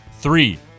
three